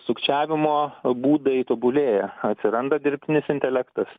sukčiavimo būdai tobulėja atsiranda dirbtinis intelektas